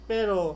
Pero